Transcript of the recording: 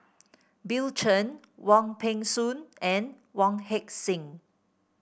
Bill Chen Wong Peng Soon and Wong Heck Sing